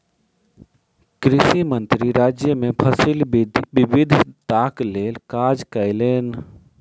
कृषि मंत्री राज्य मे फसिल विविधताक लेल काज कयलैन